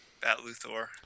Bat-Luthor